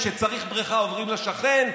כשצריך בריכה עוברים לשכן.